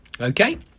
okay